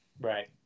Right